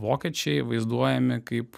vokiečiai vaizduojami kaip